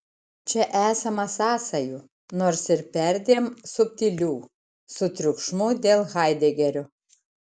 čia esama sąsajų nors ir perdėm subtilių su triukšmu dėl haidegerio